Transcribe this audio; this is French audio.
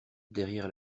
derrière